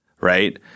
right